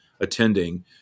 attending